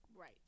Right